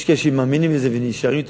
יש כאלה שמאמינים בזה ונשארים תמימים,